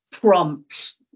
prompts